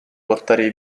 portare